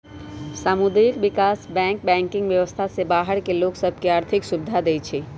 सामुदायिक विकास bank banking व्यवस्था से बाहर के लोग सभ के आर्थिक सुभिधा देँइ छै